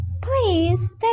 Please